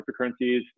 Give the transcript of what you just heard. cryptocurrencies